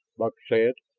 buck said,